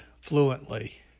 fluently